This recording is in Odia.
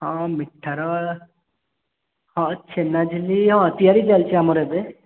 ହଁ ମିଠାର ହଁ ଛେନାଝିଲି ହଁ ତିଆରି ଚାଲିଛି ଆମର ଏବେ